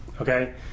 Okay